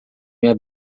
minha